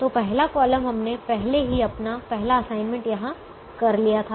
तो पहला कॉलम हमने पहले ही अपना पहला असाइनमेंट यहाँ कर लिया था